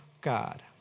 God